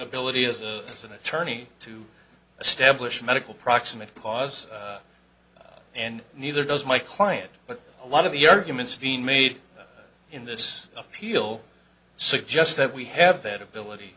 ability as an attorney to establish medical proximate cause and neither does my client but a lot of the arguments being made in this appeal suggest that we have that ability